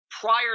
prior